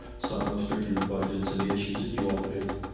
so i'm no stranger to budgets and the issues that you all face.